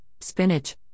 spinach